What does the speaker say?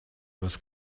was